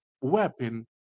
weapon